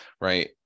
right